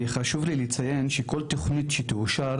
חשוב לי לציין שכל תוכנית שתאושר,